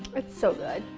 it's so good!